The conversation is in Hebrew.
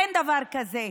אין דבר כזה.